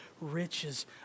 riches